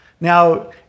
Now